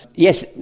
yes,